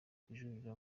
kujurira